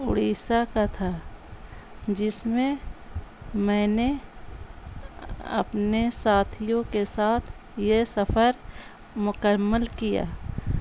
اڑیسہ کا تھا جس میں میں نے اپنے ساتھیوں کے ساتھ یہ سفر مکمل کیا